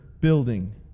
building